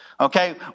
Okay